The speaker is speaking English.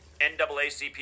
NAACP